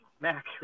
mac